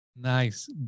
Nice